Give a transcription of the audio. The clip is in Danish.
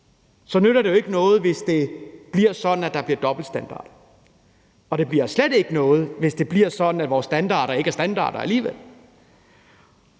på den anden side ikke noget, hvis det bliver sådan, at der bliver dobbeltstandard – og det nytter slet ikke noget, hvis det bliver sådan, at vores standarder ikke er standarder alligevel.